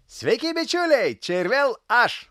sveiki bičiuliai čia ir vėl aš